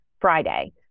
Friday